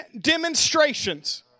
demonstrations